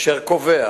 אשר קובע